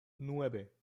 nueve